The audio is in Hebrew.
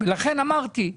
לכן אמרתי,